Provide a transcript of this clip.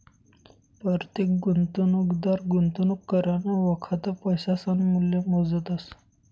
परतेक गुंतवणूकदार गुंतवणूक करानं वखत पैसासनं मूल्य मोजतस